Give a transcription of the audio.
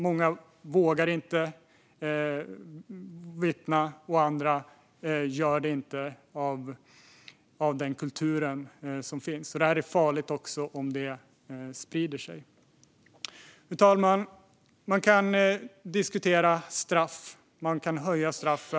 Många vågar inte vittna, och andra gör det inte på grund av den kultur som finns. Det här är farligt om det dessutom sprider sig. Fru talman! Man kan diskutera straff och höja straff.